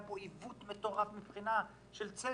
היה פה עיוות מטורף מבחינה של צדק.